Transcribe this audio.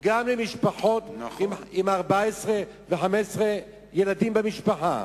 גם ממשפחות עם 14 ו-15 ילדים במשפחה.